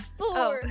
four